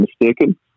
mistaken